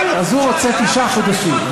אוקיי, אז הוא רוצה תשעה חודשים.